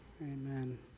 Amen